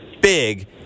big